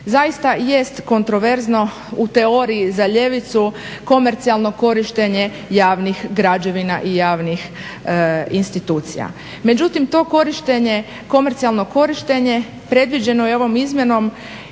Zaista i jest kontroverzno u teoriji za ljevicu komercijalno korištenje javnih građevina i javnih institucija. Međutim, to korištenje komercijalno korištenje predviđeno je ovom izmjenom